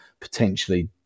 potentially